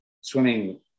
swimming